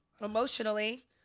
emotionally